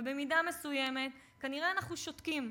ובמידה מסוימת כנראה אנחנו שותקים,